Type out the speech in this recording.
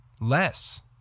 less